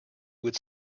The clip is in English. would